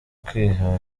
kwiheba